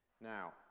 Now